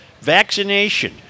Vaccination